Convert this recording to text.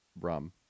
rum